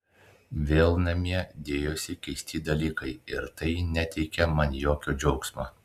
vėl namie dėjosi keisti dalykai ir tai neteikė man jokio džiaugsmo